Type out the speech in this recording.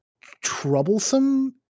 troublesome